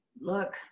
look